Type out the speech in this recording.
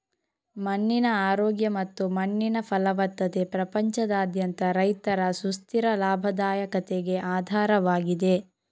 ಮಣ್ಣಿನ ಆರೋಗ್ಯ ಮತ್ತು ಮಣ್ಣಿನ ಫಲವತ್ತತೆ ಪ್ರಪಂಚದಾದ್ಯಂತ ರೈತರ ಸುಸ್ಥಿರ ಲಾಭದಾಯಕತೆಗೆ ಆಧಾರವಾಗಿದೆ